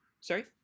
Sorry